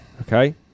Okay